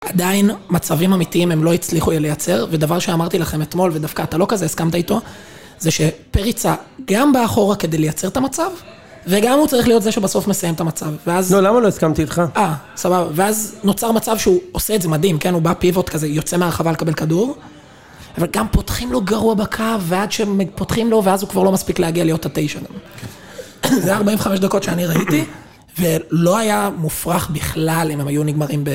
עדיין מצבים אמיתיים הם לא הצליחו לייצר, ודבר שאמרתי לכם אתמול ודווקא אתה לא כזה הסכמת איתו, זה שפריצה גם באחורה כדי לייצר את המצב וגם הוא צריך להיות זה שבסוף מסיים את המצב. -לא, למה לא הסכמתי איתך? -אה, סבבה. ואז נוצר מצב שהוא עושה את זה מדהים, כן? הוא בא פיבוט כזה, יוצא מהרחבה לקבל כדור, אבל גם פותחים לו גרוע בקו, ועד שפותחים לו, ואז הוא כבר לא מספיק להגיע להיות הטיישון. זה ה-45 דקות שאני ראיתי, ולא היה מופרך בכלל אם הם היו נגמרים ב...